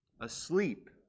Asleep